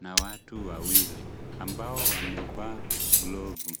na watu wawili ambao wamevaa glovu.